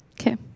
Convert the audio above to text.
Okay